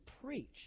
preach